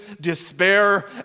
despair